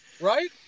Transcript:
right